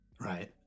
Right